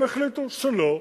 הם החליטו שלא.